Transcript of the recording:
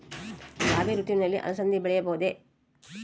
ರಾಭಿ ಋತುವಿನಲ್ಲಿ ಅಲಸಂದಿ ಬೆಳೆಯಬಹುದೆ?